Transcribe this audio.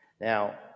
Now